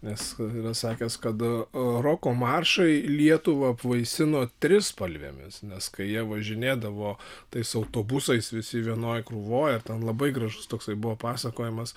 nes yra sakęs kad roko maršai lietuvą apvaisino trispalvėmis nes kai jie važinėdavo tais autobusais visi vienoj krūvoj ir ten labai gražus toksai buvo pasakojimas